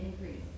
increase